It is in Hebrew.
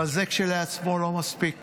אבל זה כשלעצמו לא מספיק.